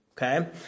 Okay